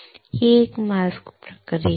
ही एक मास्क प्रक्रिया आहे